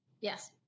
Yes